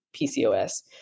PCOS